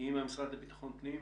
עם המשרד לביטחון פנים,